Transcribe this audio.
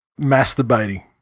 masturbating